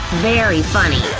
very funny.